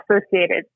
associated